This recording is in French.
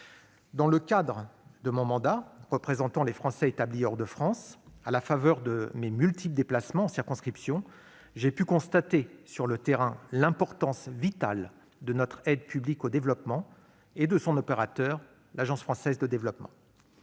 Dans le cadre de mon mandat de représentant des Français établis hors de France, et à la faveur de mes multiples déplacements en circonscription, j'ai pu constater sur le terrain l'importance vitale de notre aide publique au développement et de son opérateur, l'Agence française de développement.